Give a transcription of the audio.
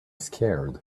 scared